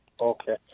Okay